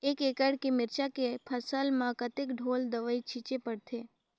एक एकड़ के मिरचा के फसल म कतेक ढोल दवई छीचे पड़थे?